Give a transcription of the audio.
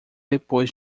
depois